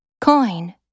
Coin